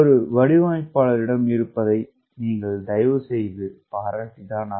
ஒரு வடிவமைப்பாளரிடம் இருப்பதை தயவுசெய்து பாராட்டுங்கள்